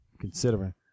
considering